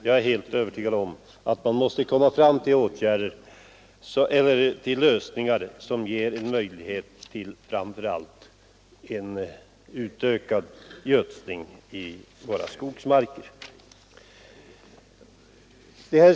Jag är helt övertygad om att man måste komma fram till lösningar som ger möjlighet till framför allt utökad gödsling i skogsmarkerna.